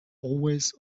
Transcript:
always